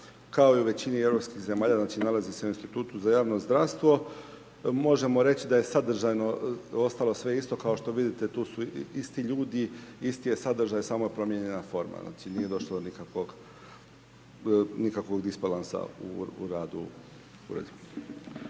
kao i u većini europskih zemalja, znači nalazi se na Institutu za javno zdravstvo i možemo reći da je sadržajno ostalo sve isto kao što vidite, tu su isti ljudi, isti je sadržaj, samo promijenjena forma, znači nije došlo do nikakvog disbalansa u radu